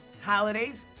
holidays